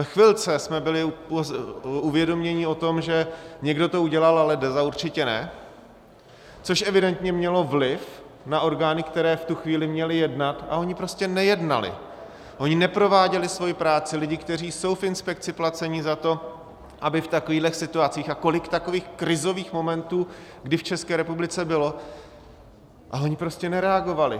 Ve chvilce jsme byli uvědoměni o tom, že někdo to udělal, ale Deza určitě ne, což evidentně mělo vliv na orgány, které v tu chvíli měly jednat, a ony prostě nejednaly, ony neprováděly svoji práci, lidi, kteří jsou v inspekci placeni za to, aby v takovýchto situacích a kolik takových krizových momentů kdy v České republice bylo a oni prostě nereagovali.